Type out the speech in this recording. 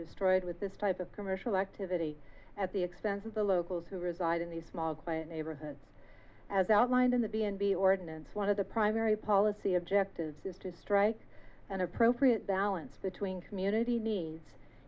destroyed with this type of commercial activity at the expense of the locals who reside in these small quiet neighborhoods as outlined in the b and b ordinance one of the primary policy objectives is to strike an appropriate balance between community needs